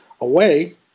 away